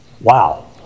wow